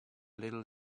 little